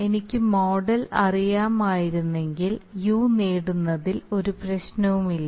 എനിക്ക് മോഡൽ അറിയാമായിരുന്നുവെങ്കിൽ u നേടുന്നതിൽ ഒരു പ്രശ്നവുമില്ല